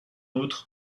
outre